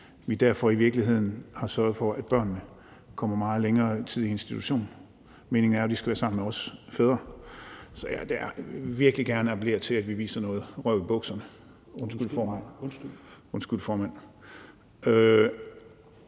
vi derfor i virkeligheden har sørget for, at børnene kommer meget længere tid i institution. Meningen er jo, at de skal være sammen med os fædre. Så jeg vil virkelig gerne appellere til, at vi viser noget røv i bukserne … undskyld, formand.